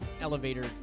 elevator